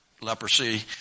leprosy